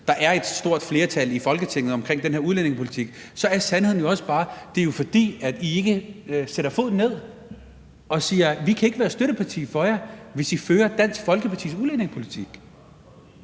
der er et stort flertal i Folketinget omkring den her udlændingepolitik, så er sandheden jo også bare, at det er, fordi I ikke sætter foden ned og siger: Vi kan ikke være støtteparti for jer, hvis I fører Dansk Folkepartis udlændingepolitik.